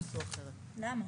למה?